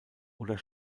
oder